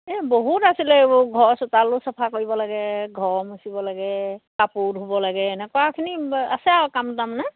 এই বহুত আছিলে এইবোৰ ঘৰ চোতালো চাফা কৰিব লাগে ঘৰ মুচিব লাগে কাপোৰ ধুব লাগে এনেকুৱাখিনি আছে আৰু কাম তাৰমানে